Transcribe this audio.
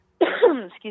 excuse